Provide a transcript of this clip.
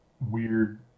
weird